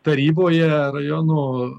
taryboje rajono